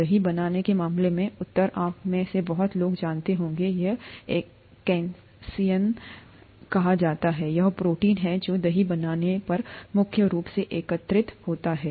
दही बनाने के मामले में उत्तर आप में से बहुत से लोग जानते होंगे यह इसे कैसिइन कहा जाता है यह प्रोटीन है जो दही बनने पर मुख्य रूप से एकत्रित होता है